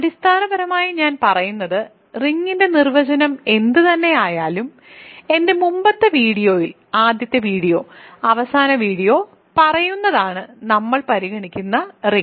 അടിസ്ഥാനപരമായി ഞാൻ പറയുന്നത് റിങ്ങിന്റെ നിർവചനം എന്തുതന്നെയായാലും എന്റെ മുമ്പത്തെ വീഡിയോയിൽ ആദ്യത്തെ വീഡിയോ അവസാന വീഡിയോ പറയുന്നതാണ് നമ്മൾ പരിഗണിക്കുന്ന റിങ്